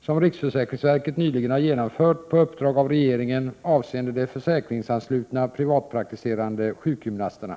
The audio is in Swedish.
som riksförsäkringsverket nyligen har genomfört på uppdrag av regeringen avseende de försäkringsanslutna privatpraktiserande sjukgymnasterna.